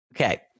Okay